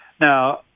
Now